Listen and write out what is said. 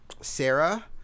Sarah